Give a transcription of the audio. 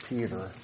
Peter